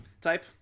type